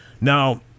Now